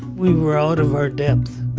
we were out of our depth